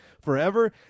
forever